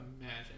imagine